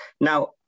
Now